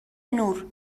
نور